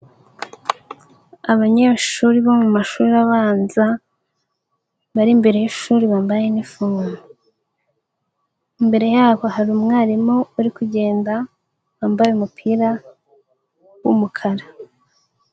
Abanyeshuri bo mu mashuri abanza bari imbere y'ishuri bambaye inifomo, mbere yabo hari umwarimu uri kugenda wambaye umupira w'umukara.